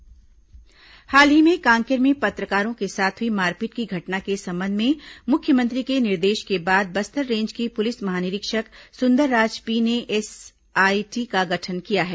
कांकेर घटना एसआईटी हाल ही में कांकेर में पत्रकारों के साथ हुई मारपीट की घटना के संबंध में मुख्यमंत्री के निर्देश के बाद बस्तर रेंज के पुलिस महानिरीक्षक सुंदरराज पी ने एसआईटी का गठन किया है